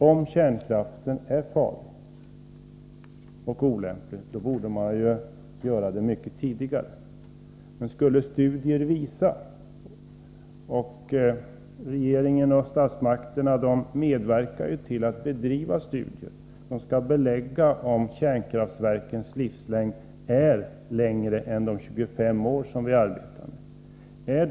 Om kärnkraften är farlig och olämplig, borde man ju avveckla den mycket tidigare. Men regeringen och statsmakterna i övrigt medverkar ju till att bedriva studier som skall belägga om kärnkraftverken har större livslängd än de 25 år som vi arbetar med.